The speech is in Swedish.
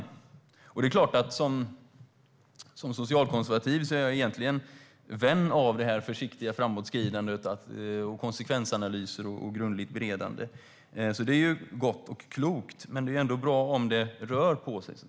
Som socialkonservativ är jag egentligen vän av försiktigt framåtskridande, konsekvensanalyser och grundligt beredande - vilket är gott och klokt - men det är ju ändå bra om det rör på sig.